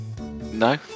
No